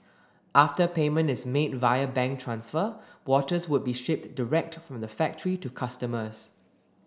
after payment is made via bank transfer watches would be shipped direct from the factory to customers